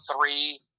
three